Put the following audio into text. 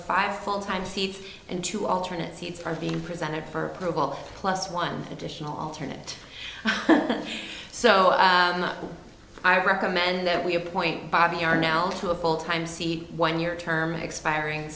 five full time feeds into alternate seats are being presented for approval plus one additional alternate so that i recommend that we appoint bobbie are now to a full time seat one year term expiring